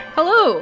Hello